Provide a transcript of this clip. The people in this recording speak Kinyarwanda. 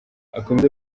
akomeza